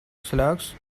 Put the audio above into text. slugs